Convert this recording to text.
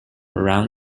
around